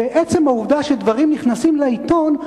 ועצם העובדה שדברים נכנסים לעיתון,